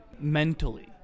mentally